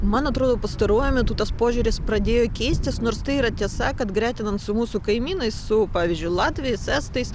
man atrodo pastaruoju metu tas požiūris pradėjo keistis nors tai yra tiesa kad gretinant su mūsų kaimynais su pavyzdžiui latviais estais